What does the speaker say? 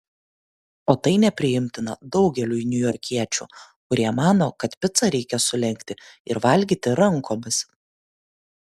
o tai nepriimtina daugeliui niujorkiečių kurie mano kad picą reikia sulenkti ir valgyti rankomis